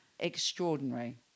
Extraordinary